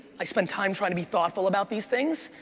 i spend time trying to be thoughtful about these things.